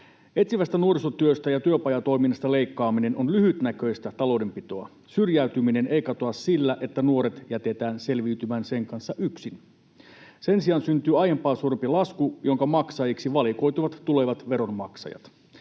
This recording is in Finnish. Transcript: ”Etsivästä nuorisotyöstä ja työpajatoiminnasta leikkaaminen on lyhytnäköistä taloudenpitoa. Syrjäytyminen ei katoa sillä, että nuoret jätetään selviytymään sen kanssa yksin. Sen sijaan syntyy aiempaa suurempi lasku, jonka maksajiksi valikoituvat tulevat veronmaksajat.